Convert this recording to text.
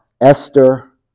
Esther